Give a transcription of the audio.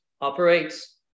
operates